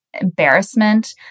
embarrassment